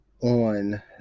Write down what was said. on